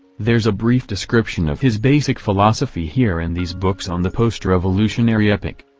there's a brief description of his basic philosophy here in these books on the post-revolutionary epoch.